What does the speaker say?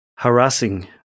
Harassing